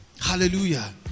Hallelujah